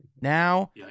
Now